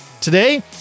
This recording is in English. today